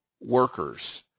workers